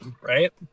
right